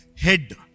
head